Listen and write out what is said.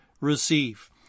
receive